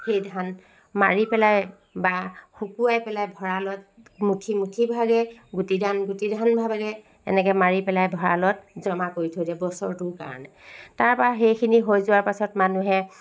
সেই ধান মাৰি পেলাই বা শুকুৱাই পেলাই ভঁৰালত মুঠি মুঠি ভাগে গুটি ধান গুটি ধান ভাগে এনেকৈ মাৰি পেলাই ভঁৰালত জমা কৰি থৈ দিয়ে বছৰটোৰ কাৰণে তাৰ পৰা সেইখিনি হৈ যোৱাৰ পাছত মানুহে